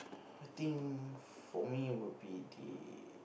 I think for me would be the